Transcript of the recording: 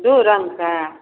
दुइ रङ्गके